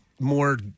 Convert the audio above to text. More